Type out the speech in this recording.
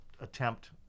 attempt